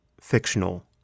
fictional